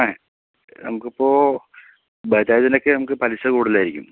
ആ നമുക്കിപ്പോൾ ബജാജിനൊക്കെ നമുക്ക് പലിശ കൂടുതലായിരിക്കും